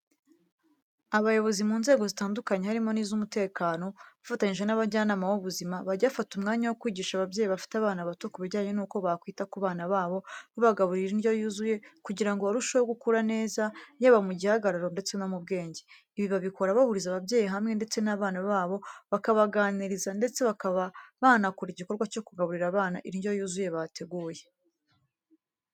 Abayobozi mu nzego zitandukanye harimo n'iz'umutekano, bafatanyije n'abajyanama b'ubuzima, bajya bafata umwanya wo kwigisha ababyeyi bafite abana bato kubijyanye nuko bakita ku bana babo babagaburira indyo yuzuye, kugira ngo barusheho gukura neza, yaba mu gihagararo ndetse no mu bwenge. Ibi babikora bahuriza ababyeyi hamwe ndetse n'abana babo, bakabaganiriza ndetse bakaba banakora igikorwa cyo kugaburira abana indyo yuzuye bateguye.